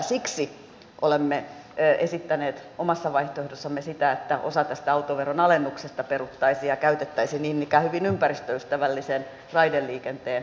siksi olemme esittäneet omassa vaihtoehdossamme sitä että osa tästä autoveron alennuksesta peruttaisiin ja käytettäisiin niin ikään hyvin ympäristöystävällisen raideliikenteen säilyttämiseen